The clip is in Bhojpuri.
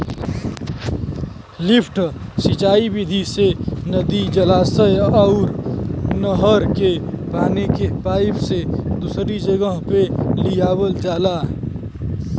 लिफ्ट सिंचाई विधि से नदी, जलाशय अउर नहर के पानी के पाईप से दूसरी जगह पे लियावल जाला